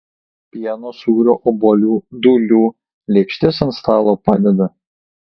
pieno sūrio obuolių dūlių lėkštes ant stalo padeda